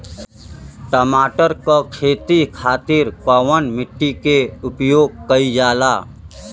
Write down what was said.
टमाटर क खेती खातिर कवने मिट्टी के उपयोग कइलजाला?